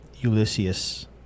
Ulysses